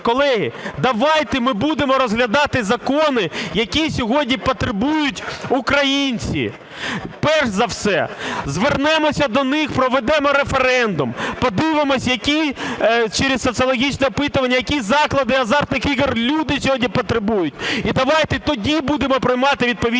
Колеги, давайте ми будемо розглядати закони, які сьогодні потребують українці. Перш за все, звернемося до них, проведемо референдум, подивимося, які – через соціологічні опитування – які заклади азартних ігор люди сьогодні потребують. І давайте тоді будемо приймати відповідні